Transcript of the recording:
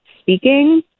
speaking